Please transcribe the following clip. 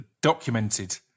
documented